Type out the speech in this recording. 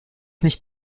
nicht